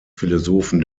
philosophen